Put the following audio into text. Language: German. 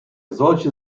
solche